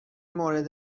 مورد